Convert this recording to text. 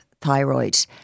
thyroid